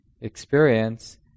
experience